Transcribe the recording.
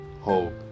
hope